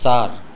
चार